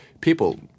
people